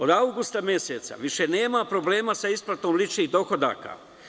Od avgusta meseca više nema problema sa isplatom ličnih dohodaka.